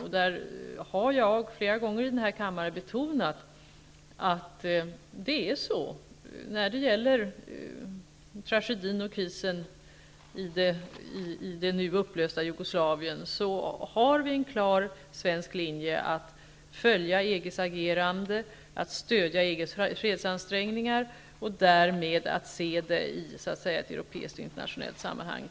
Jag har flera gånger i den här kammaren betonat att när det gäller tragedien och krisen i det nu upplösta Jugoslavien har vi en klar svensk linje att följa EG:s agerande, att stödja EG:s fredsansträngningar och att därmed se det i ett europeiskt och internationellt sammanhang.